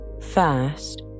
First